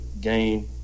game